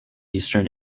eastern